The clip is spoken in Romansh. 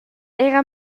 era